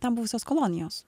ten buvusios kolonijos